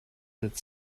that